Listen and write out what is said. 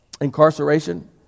incarceration